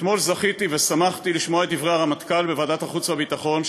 אתמול זכיתי ושמחתי לשמוע את דברי הרמטכ"ל בוועדת החוץ והביטחון,